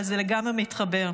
אבל זה לגמרי מתחבר: